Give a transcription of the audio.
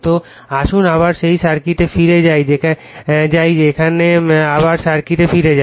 তো আসুন আবার সেই সার্কিটে ফিরে যাই এখানে আবার সার্কিটে ফিরে যাই